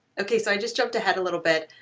okay, so i just jumped ahead a little bit.